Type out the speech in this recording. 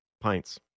pints